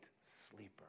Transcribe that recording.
sleeper